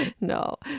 No